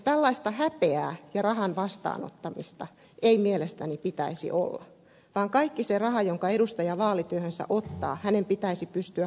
tällaista häpeää ja rahan vastaanottamista ei mielestäni pitäisi olla vaan kaikki se raha jonka edustaja vaalityöhönsä ottaa hänen pitäisi pystyä kunnialla kantamaan